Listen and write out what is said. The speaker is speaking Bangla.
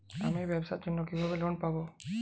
আমি ব্যবসার জন্য কিভাবে লোন পাব?